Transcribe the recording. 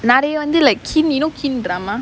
நெறைய வந்து:neraiya vanthu like kin you know kin drama